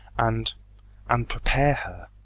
and and prepare her.